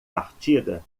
partida